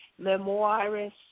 memoirist